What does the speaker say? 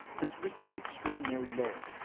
this risk is extraordinarily low.